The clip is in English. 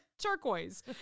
turquoise